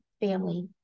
family